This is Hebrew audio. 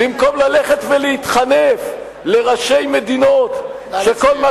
במקום ללכת ולהתחנף לראשי מדינות שכל מה